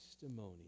testimony